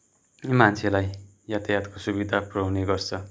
मान्छेलाई यातायातको सुविधा पुऱ्याउने गर्छ